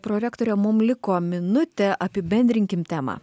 prorektorė mum liko minutė apibendrinkim temą